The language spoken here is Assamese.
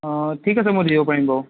অ' ঠিক আছে মই দিব পাৰিম বাৰু